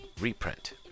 reprint